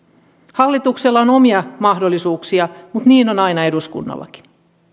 hallituksella on omia mahdollisuuksia mutta niin on aina eduskunnallakin